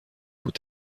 بود